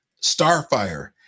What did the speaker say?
Starfire